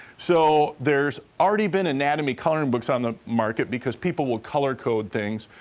so, there's already been anatomy coloring books on the market because people will color-code things,